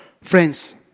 Friends